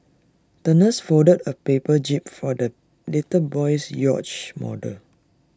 the nurse folded A paper jib for the little boy's yacht model